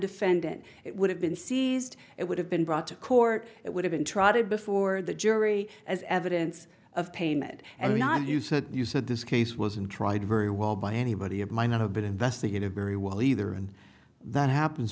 defendant it would have been seized it would have been brought to court it would have been trotted before the jury as evidence of pain and not you said you said this case wasn't tried very well by anybody it might not have been investigated very well either and that happens